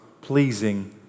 pleasing